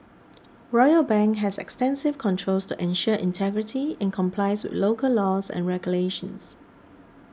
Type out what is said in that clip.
Royal Bank has extensive controls to ensure integrity and complies with local laws and regulations